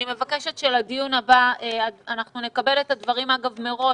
אני מבקשת שלדיון הבא אנחנו נקבל את הדברים מראש.